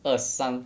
二三